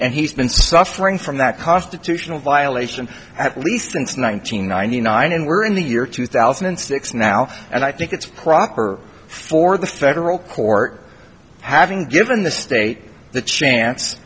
and he's been suffering from that constitutional violation at least since one thousand nine hundred ninety nine and we're in the year two thousand and six now and i think it's proper for the federal court having given the state the chance